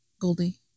Goldie